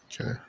Okay